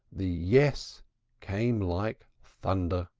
the yes came like thunder.